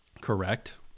Correct